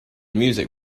music